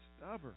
stubborn